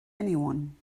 anyone